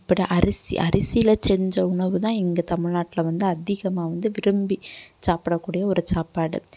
இப்படி அரிசி அரிசியில் செஞ்ச உணவுதான் இங்கே தமிழ்நாட்டில் வந்து அதிகமாக வந்து விரும்பி சாப்பிடக்கூடிய ஒரு சாப்பாடு